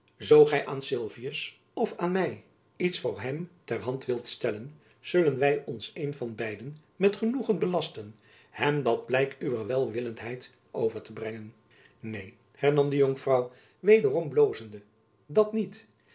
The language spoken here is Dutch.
zoo gy aan sylvius of aan my iets voor hem ter hand wilt stellen zullen wy ons een van beiden jacob van lennep elizabeth musch met genoegen belasten hem dat blijk uwer welwillendheid over te brengen neen hernam de jonkvrouw wederom blozende dat niet